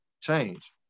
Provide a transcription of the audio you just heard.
change